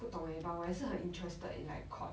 不懂 eh but 我也是很 interested in like court